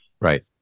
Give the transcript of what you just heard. Right